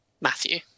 Matthew